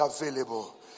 available